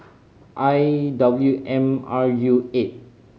I W M R U eight